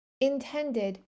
intended